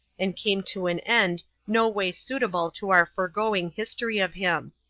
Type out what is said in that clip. and came to an end no way suitable to our foregoing history of him.